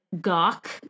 gawk